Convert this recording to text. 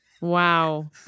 Wow